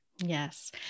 Yes